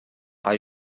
are